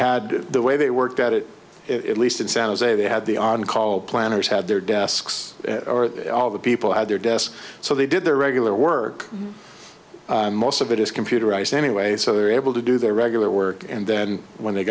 had the way they worked at it it least in san jose they had the on call planners had their desks all the people at their desks so they did their regular work and most of it is computerized anyway so they were able to do their regular work and then when they